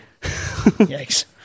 yikes